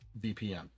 VPN